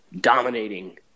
dominating